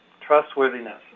trustworthiness